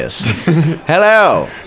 Hello